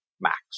max